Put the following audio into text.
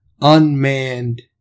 unmanned